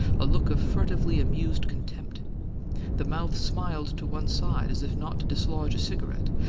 a look of furtively amused contempt the mouth smiled to one side as if not to dislodge a cigarette,